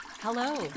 Hello